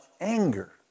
anger